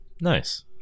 nice